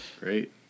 Great